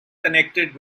connected